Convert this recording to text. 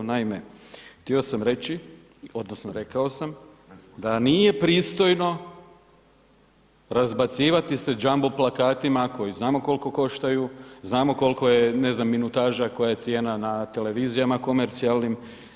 Naime, htio sam reći odnosno rekao sam da nije pristojno razbacivati se jumbo plakatima koji znamo kolko koštaju, znamo kolko je ne znam minutaža koja je cijena na televizijama komercijalnim.